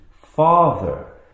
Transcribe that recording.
Father